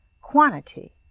quantity